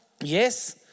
Yes